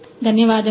ధన్యవాదములు